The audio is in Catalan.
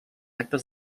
actes